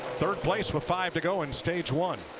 third place with five to go in stage one.